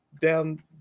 down